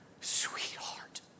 sweetheart